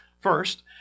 First